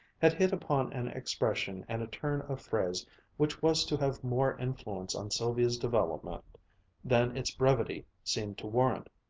had hit upon an expression and a turn of phrase which was to have more influence on sylvia's development than its brevity seemed to warrant.